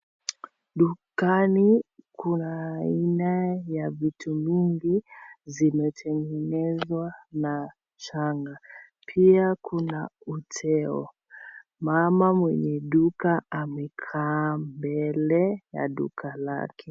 Dukani kuna aina ya vitu mingi zimetengenezwa na changa, pia kuna uteo mama mwenye duka amekaa mbele ya duka lake.